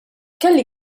kelli